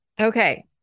Okay